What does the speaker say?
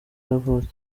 yavutse